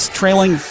trailing